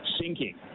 sinking